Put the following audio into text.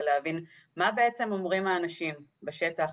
ולהבין מה בעצם אומרים האנשים בשטח,